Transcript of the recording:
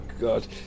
God